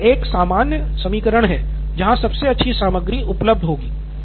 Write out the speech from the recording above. professor तो यह एक सामान्य समीकरण है जहां सबसे अच्छी सामग्री उपलब्ध होगी